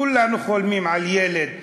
כולנו חולמים על ילד מצליח,